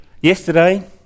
Yesterday